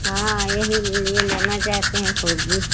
हाँ यही लिए लेना चाहते हैं फोर जी